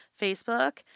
Facebook